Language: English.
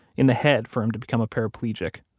in the head for him to become a paraplegic,